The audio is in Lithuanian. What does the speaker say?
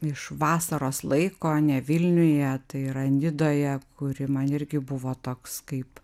iš vasaros laiko ne vilniuje tai yra nidoje kuri man irgi buvo toks kaip